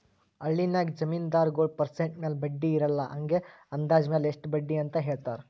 ಹಳ್ಳಿನಾಗ್ ಜಮೀನ್ದಾರಗೊಳ್ ಪರ್ಸೆಂಟ್ ಮ್ಯಾಲ ಬಡ್ಡಿ ಇರಲ್ಲಾ ಹಂಗೆ ಅಂದಾಜ್ ಮ್ಯಾಲ ಇಷ್ಟ ಬಡ್ಡಿ ಅಂತ್ ಹೇಳ್ತಾರ್